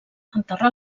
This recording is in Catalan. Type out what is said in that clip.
enterrar